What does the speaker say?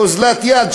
באוזלת יד,